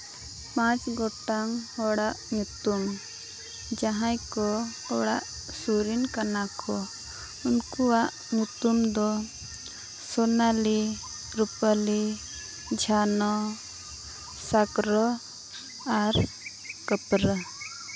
ᱯᱟᱸᱪ ᱜᱚᱴᱟᱝ ᱦᱚᱲᱟᱜ ᱧᱩᱛᱩᱢ ᱡᱟᱦᱟᱸᱭ ᱠᱚ ᱚᱲᱟᱜ ᱥᱳᱨ ᱨᱮᱱ ᱠᱟᱱᱟ ᱠᱚ ᱩᱱᱠᱩᱣᱟᱜ ᱧᱩᱛᱩᱢ ᱫᱚ ᱥᱳᱱᱟᱞᱤ ᱨᱟᱯᱟᱹᱞᱤ ᱡᱷᱟᱱᱚ ᱥᱟᱠᱨᱚ ᱟᱨ ᱠᱟᱹᱯᱨᱟᱹ